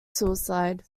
suicide